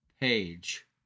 Page